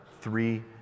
three